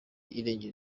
irengero